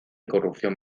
corrupción